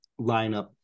lineup